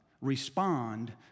respond